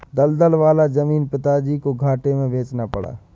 दलदल वाला जमीन पिताजी को घाटे में बेचना पड़ा